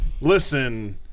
listen